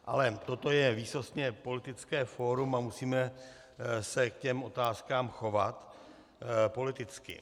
Ale toto je výsostně politické fórum a musíme se k těm otázkám chovat politicky.